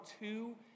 two